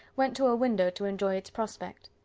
went to a window to enjoy its prospect.